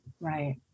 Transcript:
Right